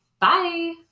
Bye